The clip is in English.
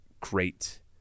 great